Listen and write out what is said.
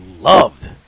loved